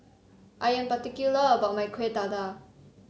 I am particular about my Kueh Dadar